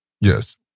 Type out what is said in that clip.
Yes